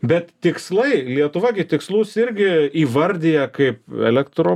bet tikslai lietuva gi tikslus irgi įvardija kaip elektro